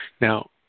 Now